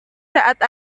saat